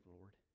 Lord